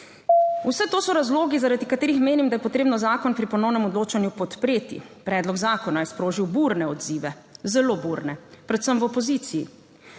Vse to so razlogi, zaradi katerih menim, da je potrebno zakon pri ponovnem odločanju podpreti. Predlog zakona je sprožil burne odzive, zelo burne, predvsem v opoziciji.